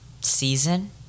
season